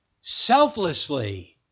selflessly